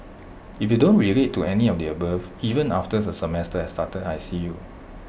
if you don't relate to any of the above even after the semester has started I see you